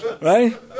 Right